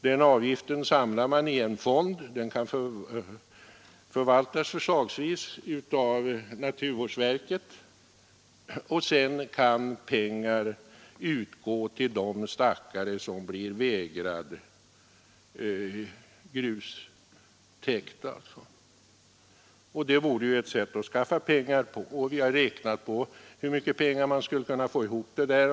Den avgiften samlar man i en fond — den kan förvaltas förslagsvis av naturvårdsverket — och sedan kan pengar utgå till de markägare som blir vägrade grustäkt. Det vore ett sätt att skaffa pengar, och vi har räknat på hur mycket pengar man skulle kunna få ihop den vägen.